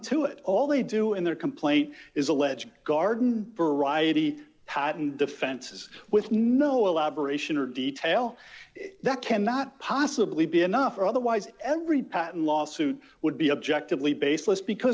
to it all they do in their complaint is alleging garden variety patent defenses with no elaboration or detail that cannot possibly be enough or otherwise every patent lawsuit would be objectively baseless because